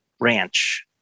ranch